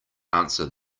answer